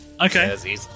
Okay